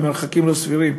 למרחקים לא סבירים.